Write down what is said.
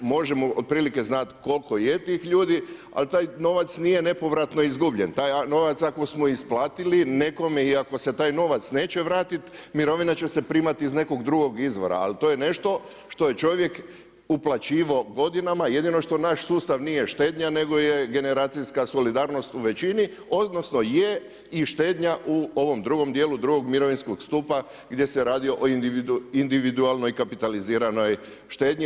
Možemo otprilike znati koliko je tih ljudi, ali taj novac nije nepovratno izgubljen, taj novac ako smo isplatili nekome i ako se taj novac neće vratiti mirovina će se primati iz nekog drugog izvora, ali to je nešto što je uplaćivao godinama jedino što naš sustav štednja nego je generacijska solidarnost u većini odnosno je i štednja u ovom drugom dijelu drugog mirovinskog stupa gdje se radi o individualnoj kapitaliziranoj štednji.